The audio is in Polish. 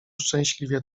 szczęśliwie